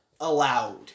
allowed